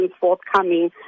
forthcoming